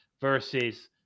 versus